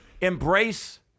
embrace